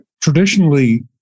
Traditionally